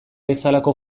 bezalako